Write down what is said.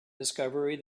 discovery